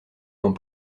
dans